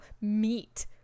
meat